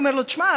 ואומר לו: שמע,